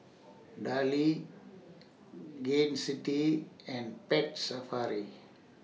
Darlie Gain City and Pet Safari